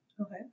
Okay